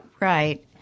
Right